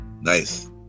Nice